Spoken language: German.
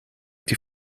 die